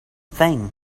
thing